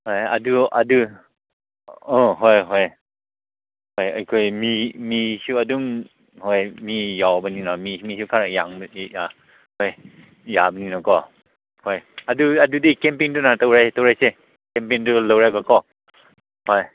ꯍꯣꯏ ꯑꯗꯨ ꯑꯗꯨ ꯑꯣ ꯍꯣꯏ ꯍꯣꯏ ꯍꯣꯏ ꯑꯩꯈꯣꯏ ꯃꯤꯁꯨ ꯑꯗꯨꯝ ꯍꯣꯏ ꯃꯤ ꯌꯥꯎꯕꯅꯤꯅ ꯃꯤꯁꯨ ꯈꯔ ꯌꯥꯝꯕꯁꯤꯒ ꯑꯥ ꯍꯣꯏ ꯌꯥꯝꯕꯅꯤꯅꯀꯣ ꯍꯣꯏ ꯑꯗꯨꯗꯤ ꯀꯦꯝꯄꯤꯡꯗꯨꯅ ꯇꯧꯔꯁꯦ ꯀꯦꯝꯄꯤꯡꯗꯨ ꯂꯧꯔꯒꯀꯣ ꯍꯣꯏ